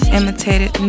imitated